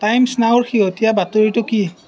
Times নাওৰ শেহতীয়া বাতৰিটো কি